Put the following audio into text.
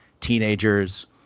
teenagers